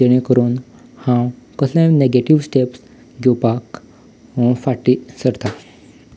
जेणे करून हांव कसलेय नॅगेटीव स्टॅप्स घेवपाक फाटीं सरतां